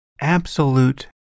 Absolute